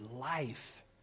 life